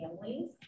families